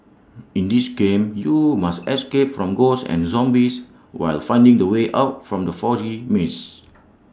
in this game you must escape from ghosts and zombies while finding the way out from the foggy maze